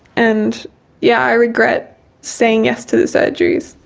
and yeah i regret saying yes to the surgeries.